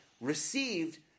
received